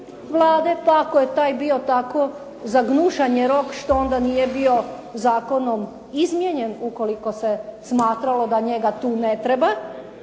pa ako je taj dio tako za gnušanje rok što onda nije bio zakonom izmijenjen ukoliko se smatralo da njega tu ne treba.